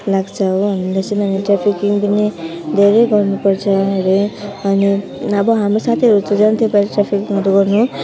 लाग्छ हो हामीले सुन्दाखेरि ट्राफिकिङ पनि धेरै गर्नु पर्छ हरे अनि अब हाम्रो साथीहरू चाहिँ जान्थ्यो पहिला ट्राफिकिङहरू गर्नु